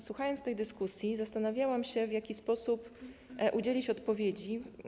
Słuchając tej dyskusji, zastanawiałam się, w jaki sposób udzielić odpowiedzi.